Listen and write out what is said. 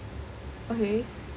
okay